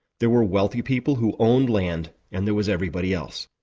there were wealthy people who owned land, and there was everybody else.